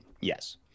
yes